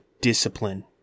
discipline